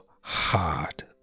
heart